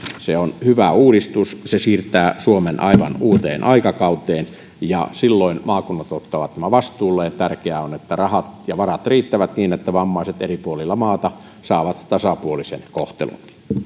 se on hyvä uudistus se siirtää suomen aivan uuteen aikakauteen ja silloin maakunnat ottavat nämä vastuulleen tärkeää on että rahat ja varat riittävät niin että vammaiset eri puolilla maata saavat tasapuolisen kohtelun